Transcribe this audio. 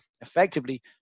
Effectively